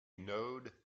node